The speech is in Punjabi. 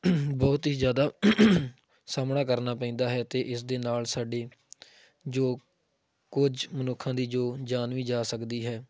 ਬਹੁਤ ਹੀ ਜ਼ਿਆਦਾ ਸਾਹਮਣਾ ਕਰਨਾ ਪੈਂਦਾ ਹੈ ਅਤੇ ਇਸ ਦੇ ਨਾਲ ਸਾਡੀ ਜੋ ਕੁਝ ਮਨੁੱਖਾਂ ਦੀ ਜੋ ਜਾਨ ਵੀ ਜਾ ਸਕਦੀ ਹੈ